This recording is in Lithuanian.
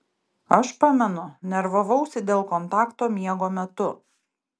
aš pamenu nervavausi dėl kontakto miego metu